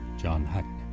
john hackney.